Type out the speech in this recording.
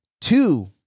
Two